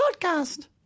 podcast